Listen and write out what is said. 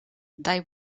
they